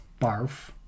Barf